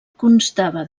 constava